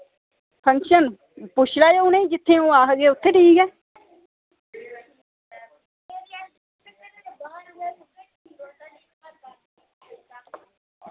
function जित्थें ओह् आक्खदे ठीक ऐ